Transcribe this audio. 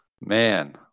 Man